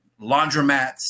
laundromats